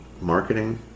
marketing